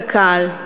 קק"ל,